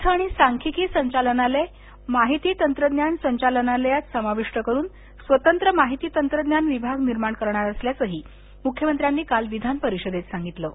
अर्थ आणि सांख्यिकी संचालनालय माहिती तंत्रज्ञान संचालनालयात समाविष्ट करुन स्वतंत्र माहिती तंत्रज्ञान विभाग निर्माण करणार असल्याचंही मुख्यमंत्र्यांनी काल विधानपरिषदेत सांगितलं